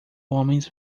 homens